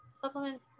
supplement